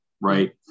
right